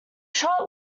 shot